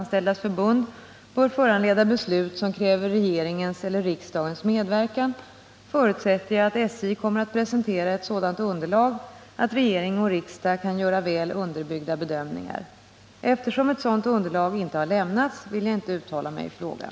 Justitiekanslerns prickning och därpå följande uttalanden innebär att åklagarna fortsättningsvis inte får prioritera ekonomisk brottslighet i sin verksamhet. s Överensstämmer justitiekanslerns uppfattning med regeringens i vad gäller bekämpning av den ekonomiska brottsligheten?